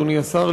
אדוני השר,